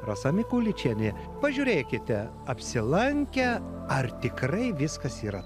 rasa mikuličienė pažiūrėkite apsilankę ar tikrai viskas yra